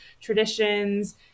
traditions